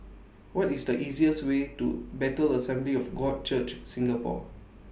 What IS The easiest Way to Bethel Assembly of God Church Singapore